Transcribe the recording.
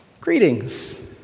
Greetings